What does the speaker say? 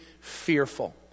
fearful